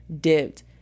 dipped